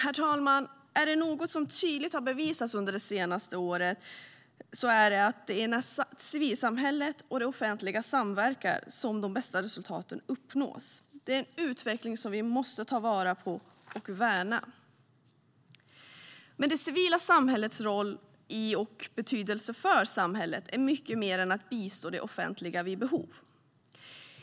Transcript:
Herr talman! Är det något som tydligt har bevisats under det senaste året är det att det är när civilsamhället och det offentliga samverkar som de bästa resultaten uppnås. Det är en utveckling som vi måste ta vara på och värna. Men det civila samhällets roll i och betydelse för samhället är mycket mer än att bistå det offentliga vid behov.